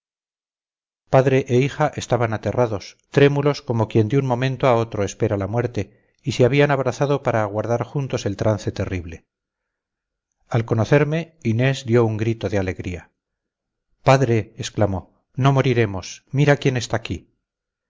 padre e hija estaban aterrados trémulos como quien de un momento a otro espera la muerte y se habían abrazado para aguardar juntos el trance terrible al conocerme inés dio un grito de alegría padre exclamó no moriremos mira quién está aquí